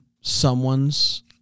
someone's